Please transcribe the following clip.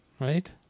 Right